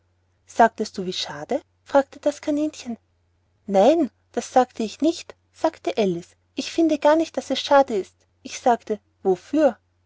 sagtest du wie schade fragte das kaninchen nein das sagte ich nicht sagte alice ich finde gar nicht daß es schade ist ich sagte wofür